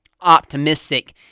optimistic